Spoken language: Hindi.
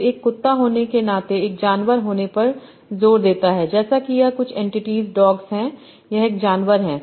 तो एक कुत्ता होने के नाते एक जानवर होने पर जोर देता है जैसा कि यह कुछ एन्टिटीज़ डॉग्स है यह एक जानवर है